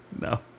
No